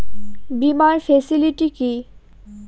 বীমার ফেসিলিটি কি?